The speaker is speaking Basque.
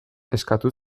eskatu